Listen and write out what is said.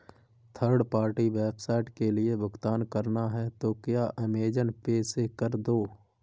third party website के लिए भुगतान करना है तो क्या अमेज़न पे से कर दो